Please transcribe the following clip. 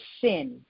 sin